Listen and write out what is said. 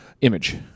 image